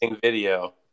video